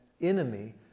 enemy